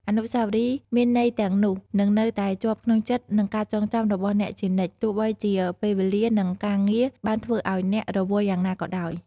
អនុស្សាវរីយ៍ដ៏មានន័យទាំងនោះនឹងនៅតែជាប់ក្នុងចិត្តនិងការចងចាំរបស់អ្នកជានិច្ច ទោះបីជាពេលវេលានិងការងារបានធ្វើឱ្យអ្នករវល់យ៉ាងណាក៏ដោយ។